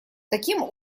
таким